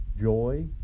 joy